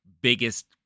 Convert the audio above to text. biggest